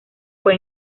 fue